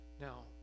Now